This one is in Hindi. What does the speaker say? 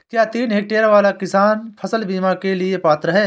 क्या तीन हेक्टेयर वाला किसान फसल बीमा के लिए पात्र हैं?